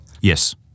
Yes